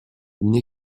une